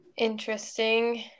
Interesting